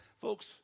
folks